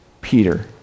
peter